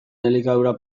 elikadura